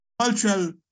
cultural